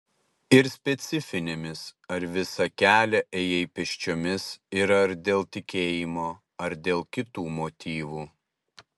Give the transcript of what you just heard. ir specifinėmis ar visą kelią ėjai pėsčiomis ir ar dėl tikėjimo ar dėl kitų motyvų